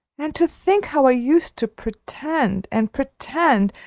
and to think how i used to pretend, and pretend,